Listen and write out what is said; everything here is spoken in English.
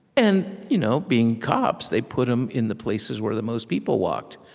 and you know being cops, they put them in the places where the most people walked.